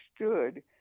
understood